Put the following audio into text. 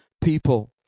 people